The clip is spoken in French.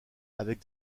avec